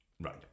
right